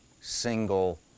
single